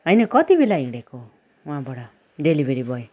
होइन कति बेला हिँडेको वहाँबाट डेलिभेरी बोय